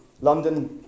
London